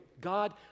God